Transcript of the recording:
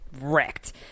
Wrecked